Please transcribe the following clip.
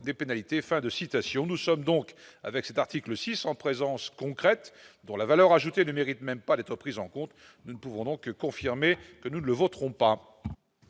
de citation nous sommes donc avec cet article 600 présence concrète dans la valeur ajoutée ne mérite même pas d'être prises en compte, nous ne pouvons donc confirmer que nous ne voterons pas.